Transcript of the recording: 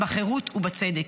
בחירות ובצדק.